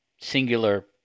singular